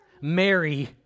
Mary